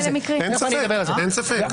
אין ספק.